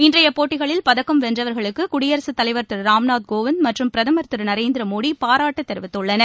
இன்றையபோட்டிகளில் பதக்கம் வென்றவர்களுக்குகுடியரசுத் தலைவர் திருராம்நாத் கோவிந்த் மற்றும் பிரதமர் திருநரேந்திரமோடிபாராட்டுத் தெரிவித்துள்ளனர்